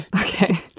Okay